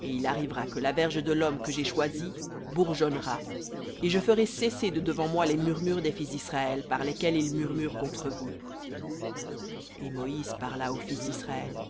et il arrivera que la verge de l'homme que j'ai choisi bourgeonnera et je ferai cesser de devant moi les murmures des fils d'israël par lesquels ils murmurent contre vous et moïse parla aux fils d'israël